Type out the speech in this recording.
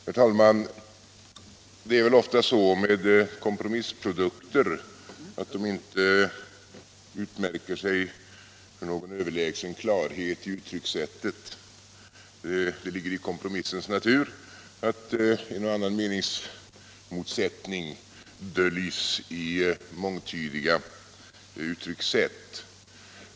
Herr talman! Det är väl ofta så med kompromissprodukter att de inte utmärker sig för någon överlägsen klarhet i uttryckssättet. Det ligger i kompromissens natur att en och annan meningsmotsättning döljs i mångtydiga utryckssätt.